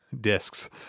discs